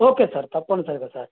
okay sir తప్పనిసరిగా sir